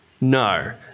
No